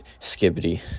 skibbity